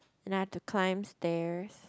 and I have to climb stairs